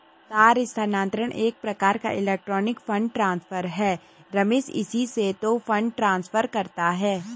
तार स्थानांतरण एक प्रकार का इलेक्ट्रोनिक फण्ड ट्रांसफर है रमेश इसी से तो फंड ट्रांसफर करता है